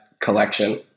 collection